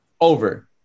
over